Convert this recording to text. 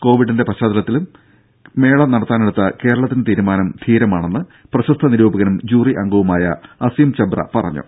കോവിഡിന്റെ പശ്ചാത്തലത്തിലും മേള നടത്താനെടുത്ത കേരളത്തിന്റെ തീരുമാനം ധീരമാണെന്ന് പ്രശസ്ത നിരൂപകനും ജൂറി അംഗവുമായ അസീം ചബ്ര പറഞ്ഞു